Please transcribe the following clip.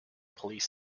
police